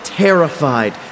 Terrified